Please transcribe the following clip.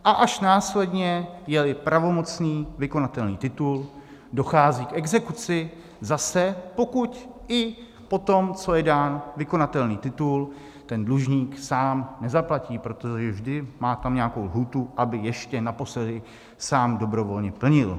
A až následně, jeli pravomocný vykonatelný titul, dochází k exekuci, zase pokud i potom, co je dán vykonatelný titul, dlužník sám nezaplatí, protože vždy tam má nějakou lhůtu, aby ještě naposledy sám dobrovolně plnil.